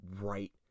right